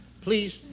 Please